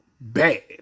bad